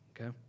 okay